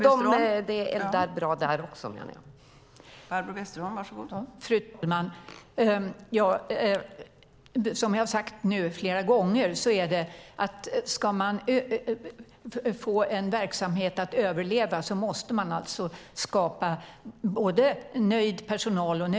Det är bra där också, menar jag.